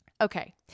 Okay